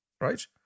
right